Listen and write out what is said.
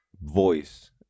voice